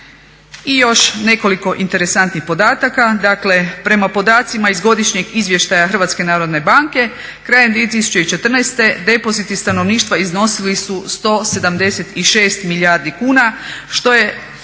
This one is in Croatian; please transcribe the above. I još nekoliko interesantnih podataka. Dakle, prema podacima iz Godišnjeg izvještaja Hrvatske narodne banke krajem 2014. depoziti stanovništva iznosili su 176 milijardi kuna što je